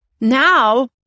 Now